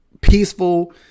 peaceful